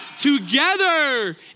together